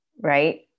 right